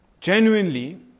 Genuinely